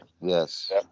Yes